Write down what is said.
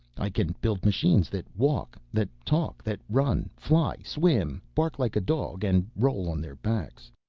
i can build machines that walk, that talk, that run, fly, swim, bark like a dog and roll on their backs.